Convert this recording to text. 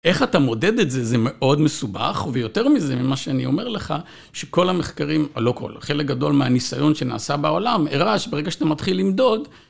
איך אתה מודד את זה, זה מאוד מסובך, ויותר מזה, ממה שאני אומר לך, שכל המחקרים, לא כל, חלק גדול מהניסיון שנעשה בעולם, אראה שברגע שאתה מתחיל למדוד,